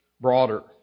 broader